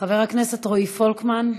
חבר הכנסת רועי פולקמן,